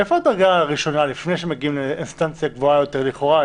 איפה הדרגה הראשונה לפני שמגיעים לאינסטנציה גבוהה יותר לכאורה?